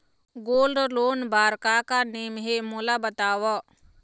Gold loan बार का का नेम हे, मोला बताव?